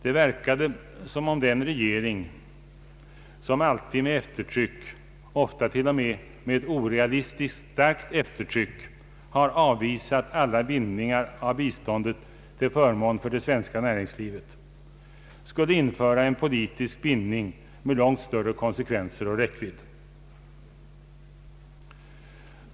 Det verkade som om den regering som alltid med eftertryck — ofta till och med med ett orealistiskt starkt eftertryck — har avvisat alla bindningar av biståndet till förmån för svenskt näringsliv skulle införa en politisk bindning med långt större konsekvenser och räckvidd.